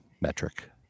metric